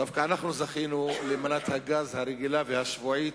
דווקא אנחנו זכינו למנת הגז הרגילה והשבועית,